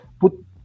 put